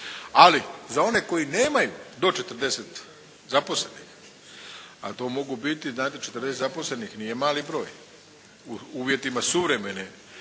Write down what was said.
Ali za one koji nemaju do 40 zaposlenih, a to mogu biti, znate 40 zaposlenih nije mali broj, u uvjetima suvremene